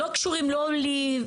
לא קשורים לא לי,